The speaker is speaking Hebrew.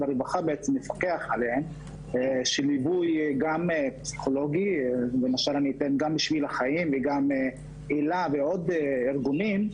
הרווחה מפקח עליהם של ליווי פסיכולוגי גם בשביל "הילה" ועוד ארגונים,